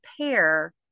pair